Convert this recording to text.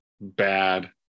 bad